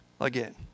again